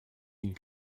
îles